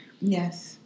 Yes